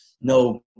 no